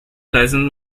pleasant